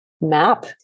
map